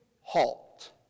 halt